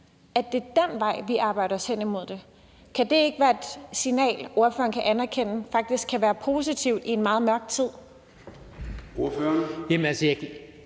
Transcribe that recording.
vi bygger samfund og aftaler på rettigheder? Kan det ikke være et signal, ordføreren kan anerkende som noget, der faktisk kan være positivt i en meget mørk tid?